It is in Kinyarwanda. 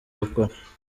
gukora